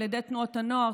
על ידי תנועות הנוער,